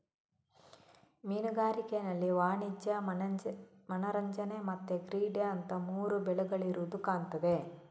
ಮೀನುಗಾರಿಕೆನಲ್ಲಿ ವಾಣಿಜ್ಯ, ಮನರಂಜನೆ ಮತ್ತೆ ಕ್ರೀಡೆ ಅಂತ ಮೂರು ವಿಧಗಳಿರುದು ಕಾಣ್ತದೆ